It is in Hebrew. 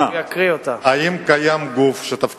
אנחנו מכירים את ההגבלה שיש לשעות מסוימות.